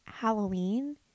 Halloween